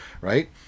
right